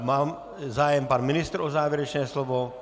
Má zájem pan ministr o závěrečné slovo?